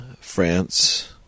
France